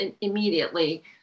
immediately